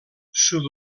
sud